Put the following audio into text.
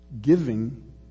giving